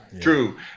true